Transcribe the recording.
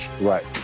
Right